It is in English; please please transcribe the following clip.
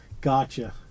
Gotcha